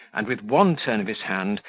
and with one turn of his hand,